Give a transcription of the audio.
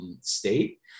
state